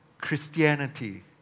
Christianity